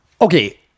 Okay